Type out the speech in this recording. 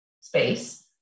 space